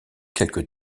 quelque